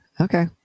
okay